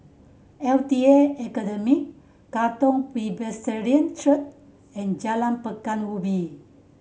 L T A Academy Katong Presbyterian Church and Jalan Pekan Ubin